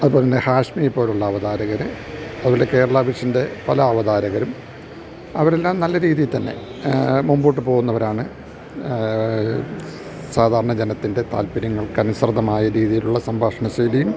അതുപോലെത്തന്നെ ഹാഷ്മിയെ പോലെയുള്ള അവതാരകര് അതുപോലെ കേരളാവിഷൻ്റെ പല അവതാരകരും അവരെല്ലാം നല്ല രീതിയിൽ തന്നെ മുന്നോട്ടുപോകുന്നവരാണ് സാധാരണ ജനത്തിൻ്റെ താല്പര്യങ്ങൾക്കനുസൃതമായ രീതിയിലുള്ള സംഭാഷണശൈലിയും